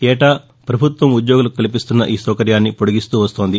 ఏటా ప్రభుత్వం ఉద్యోగులకు కల్పిస్తున్న ఈ సౌకర్యాన్ని పొడిగిస్తూ వస్తోంది